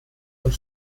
und